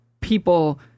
people